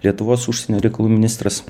lietuvos užsienio reikalų ministras